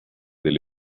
del